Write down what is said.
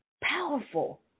Powerful